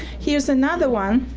here's another one,